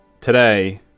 today